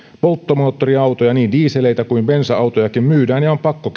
polttomoottoriautoja niin dieseleitä kuin bensa autojakin myydään ja on pakko